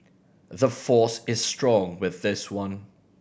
the force is strong with this one